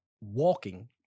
walking